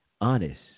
honest